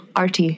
RT